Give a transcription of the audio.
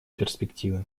перспективы